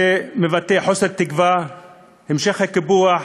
זה מבטא חוסר תקווה והמשך הקיפוח,